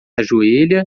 ajoelha